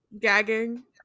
gagging